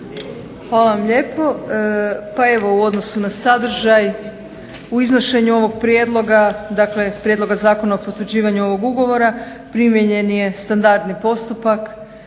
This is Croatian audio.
Hvala vam lijepo. Pa evo u odnosu na sadržaj u iznošenju ovog prijedloga, dakle Prijedloga zakona o potvrđivanju ovog ugovora primijenjen je standardni postupak